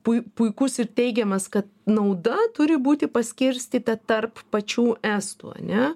pui puikus ir teigiamas kad nauda turi būti paskirstyta tarp pačių estų ane